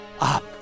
up